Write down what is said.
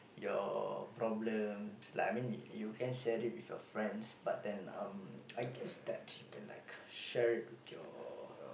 your problems like I mean you can say it with your friends but then um I guess that you can like share it with your